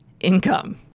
income